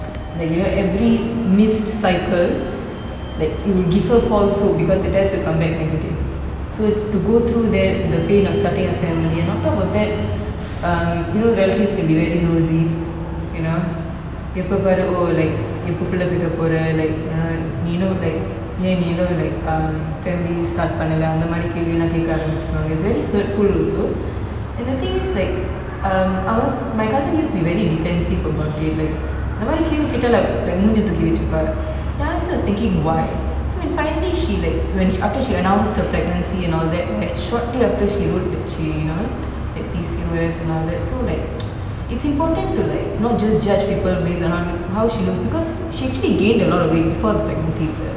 like you know every missed cycle like it would give her falsehood because the test will come back negative so to go through that the pain of starting a family and on top of that um you know relatives can be very nosy you know எப்போபாரு oh like எப்போபிள்ளைபெக்கபோறேன்:epo pillai pekka poren like நீஎன்ன:nee enna like நீஏன்இன்னும்:nee yen innum like um family start பண்ணல அந்த மாதிரி கேள்விலாம்கேட்க ஆரம்பிச்சிடுவாங்க:pannala antha mathiri kelvilam kedka arambichiruvanga it's very hurtful also and the thing is like um our my cousin used to be very defensive about it like இந்தமாதிரிகேள்விகேட்டாலேமூஞ்சதூக்கிவச்சிப்ப:intha mathiri ketale mooncha thooki vachipa thinking why so when finally she like when sh~ after she announced her pregnancy and all that right shortly after she wrote that she you know had and all that so like it's important to like not just judge people based on how look how she looks because she actually gained a lot of weight before the pregnancy itself